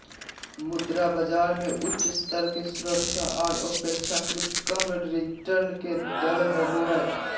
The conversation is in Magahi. मुद्रा बाजार मे उच्च स्तर के सुरक्षा आर अपेक्षाकृत कम रिटर्न के दर होवो हय